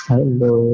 Hello